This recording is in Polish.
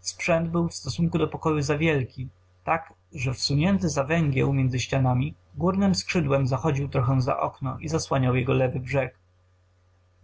sprzęt był w stosunku do pokoju za wielki tak że wsunięty we węgieł między ścianami górnem skrzydłem zachodził trochę za okno i zasłaniał jego brzeg lewy